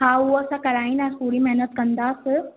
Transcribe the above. हा उहा त कराईंदा पूरी महिनत कंदासीं